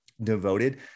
devoted